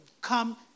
come